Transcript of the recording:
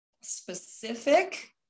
specific